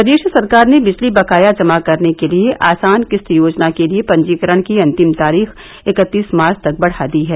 प्रदेश सरकार ने बिजली बकाया जमा करने के लिए आसान किस्त योजना के लिये पंजीकरण की ऑतम तारीख इकत्तीस मार्च तक बढ़ा दी है